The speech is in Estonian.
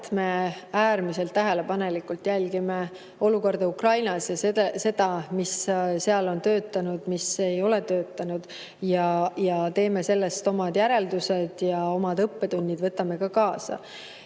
me äärmiselt tähelepanelikult jälgime olukorda Ukrainas ja seda, mis seal on töötanud ja mis ei ole töötanud. Me teeme sellest omad järeldused ja omad õppetunnid võtame ka kaasa.